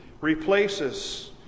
replaces